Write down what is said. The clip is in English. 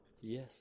Yes